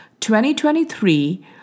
2023